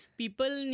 people